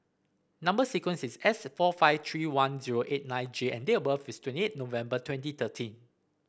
number sequence is S four five three one zero eight nine J and date of birth is twenty eight November twenty thirteen